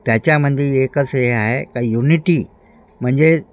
त्याच्यामध्ये एकच हे आहे का युनिटी म्हणजे